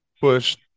push